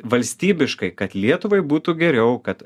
valstybiškai kad lietuvai būtų geriau kad